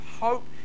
hope